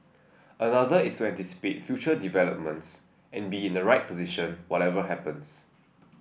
another is to anticipate future developments and be in the right position whatever happens